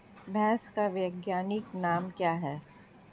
भैंस का वैज्ञानिक नाम क्या है?